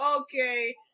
Okay